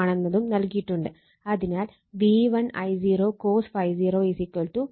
ആണെന്നതും നൽകിയിട്ടുണ്ട് അതിനാൽ V1 I0 cos ∅0 400